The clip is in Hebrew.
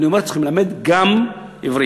אני אומר, צריך ללמד גם עברית.